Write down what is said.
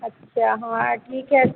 अच्छा हाँ ठीक है